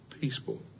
peaceful